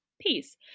peace